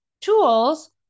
tools